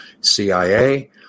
CIA